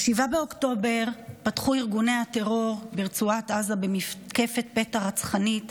ב-7 באוקטובר פתחו ארגוני הטרור ברצועת עזה במתקפת פתע רצחנית